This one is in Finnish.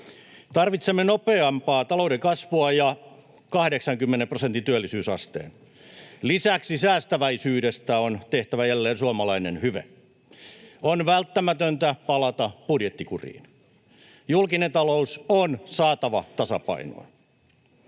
Tarvitsemme nopeampaa talouden kasvua ja 80 prosentin työllisyysasteen. Lisäksi säästäväisyydestä on tehtävä jälleen suomalainen hyve. On välttämätöntä palata budjettikuriin. Julkinen talous on saatava tasapainoon.